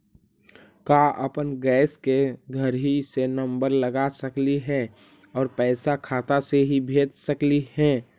का अपन गैस के घरही से नम्बर लगा सकली हे और पैसा खाता से ही भेज सकली हे?